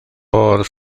por